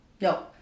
No